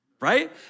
Right